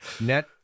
net